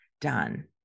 done